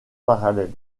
parallèles